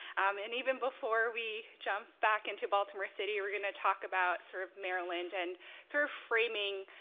and even before we jump back into baltimore city, we're going to talk about sort of maryland and sort of framing